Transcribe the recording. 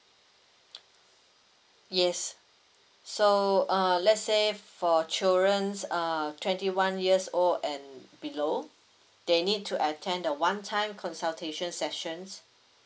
yes so uh let's say for children's um twenty one years old and below they need to attend a one time consultation sessions